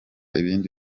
ibindi